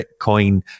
Bitcoin